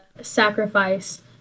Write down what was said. sacrifice